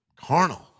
carnal